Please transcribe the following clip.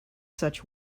such